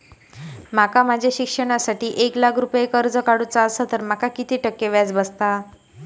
माका माझ्या शिक्षणासाठी एक लाख रुपये कर्ज काढू चा असा तर माका किती टक्के व्याज बसात?